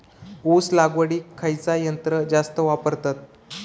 ऊस लावडीक खयचा यंत्र जास्त वापरतत?